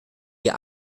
wir